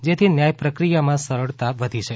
જેથી ન્યાય પ્રક્રિયામાં સરળતા વધી છે